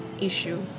issue